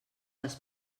les